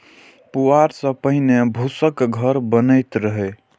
पुआर सं पहिने फूसक घर बनैत रहै